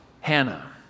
Hannah